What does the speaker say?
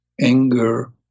anger